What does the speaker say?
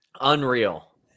Unreal